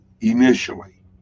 initially